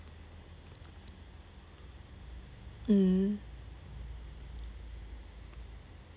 mm